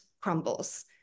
crumbles